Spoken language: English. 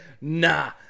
nah